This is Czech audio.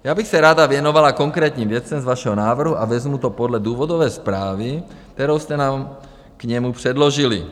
Já bych se ráda věnovala konkrétním věcem z vašeho návrhu a vezmu to podle důvodové zprávy, kterou jste nám k němu předložili.